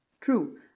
True